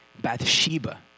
Bathsheba